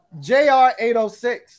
JR806